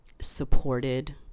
supported